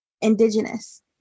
indigenous